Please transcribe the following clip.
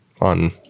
on